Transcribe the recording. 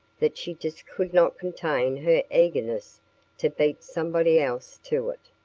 that she just could not contain her eagerness to beat somebody else to it.